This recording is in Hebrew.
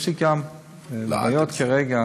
יש לי גם בעיות כרגע